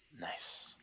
Nice